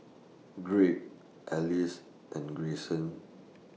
Gregg Alease and Grayson